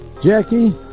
Jackie